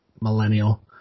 Millennial